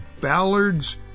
Ballard's